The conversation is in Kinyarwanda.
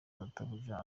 databuja